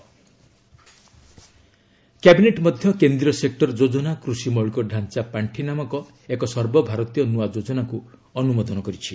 add cabinet cabinet ମଧ୍ୟ କେନ୍ଦ୍ରୀୟ sector ଯୋଜନା କୃଷି ମୌଳିକ ଢାଞ୍ଚା ପାଖି ନାମକ ଏକ ସର୍ବଭାରତୀୟ ନୂଆ ଯୋଜନାକୁ ଅନୁମୋଦନ କରିଛି